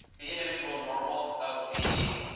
the individual normals of the